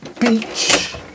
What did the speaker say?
beach